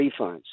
refunds